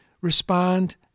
respond